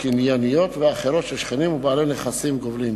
קנייניות ואחרות של שכנים ובעלי נכסים גובלים.